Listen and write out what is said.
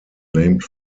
named